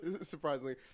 surprisingly